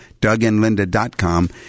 DougAndLinda.com